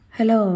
Hello